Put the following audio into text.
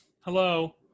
Hello